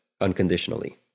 unconditionally